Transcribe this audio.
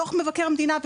דוח מבקר המדינה,